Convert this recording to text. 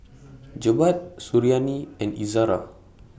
Jebat Suriani and Izzara